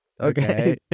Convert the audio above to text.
Okay